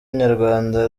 nyarwanda